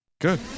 Good